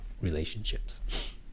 relationships